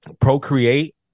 procreate